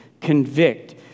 convict